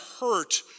hurt